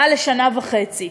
היה לשנה וחצי.